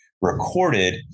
recorded